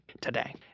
today